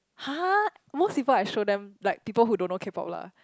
!huh! most people I show them like people who don't know K-Pop lah